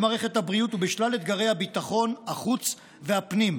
במערכת הבריאות ובשלל אתגרי הביטחון, החוץ והפנים.